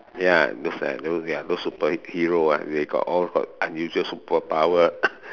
ya those like those ya those superheroes ah they all got unusual superpower